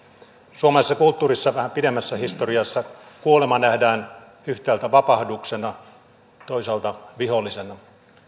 suomalaisessa kulttuurissa vähän pidemmässä historiassa kuolema nähdään yhtäältä vapahduksena toisaalta vihollisena